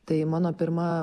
tai mano pirma